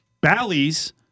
Bally's